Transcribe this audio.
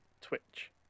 twitch